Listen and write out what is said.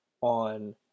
on